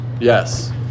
yes